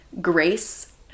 grace